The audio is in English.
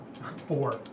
Four